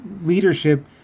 leadership